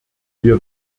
wir